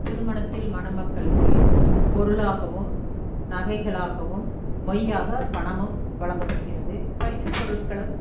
திருமணத்தில் மணமக்களுக்கு பொருளாகவும் நகைகளாகவும் மொய்யாக பணமும் வழங்கப்படுகிறது பரிசு பொருட்களும்